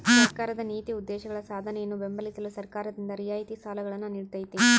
ಸರ್ಕಾರದ ನೀತಿ ಉದ್ದೇಶಗಳ ಸಾಧನೆಯನ್ನು ಬೆಂಬಲಿಸಲು ಸರ್ಕಾರದಿಂದ ರಿಯಾಯಿತಿ ಸಾಲಗಳನ್ನು ನೀಡ್ತೈತಿ